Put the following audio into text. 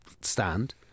stand